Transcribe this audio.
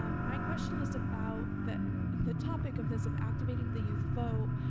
um my question is about the the topic of this of activating the youth vote.